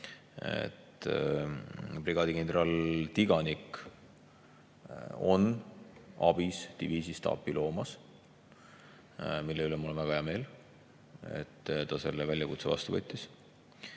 brigaadikindral Tiganik on abis diviisistaapi loomas. Mul on väga hea meel, et ta selle väljakutse vastu võttis.